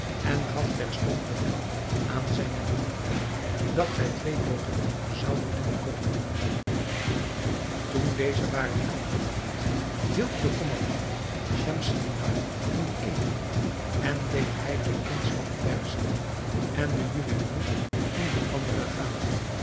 en gaf terstond bevel aan zijne lieden dat zij twee booten zouden doen komen toen deze waren aangebragt hielp de kommandant schemselnihar in de eene en deed hij den prins van perzië en den juwelier in de andere gaan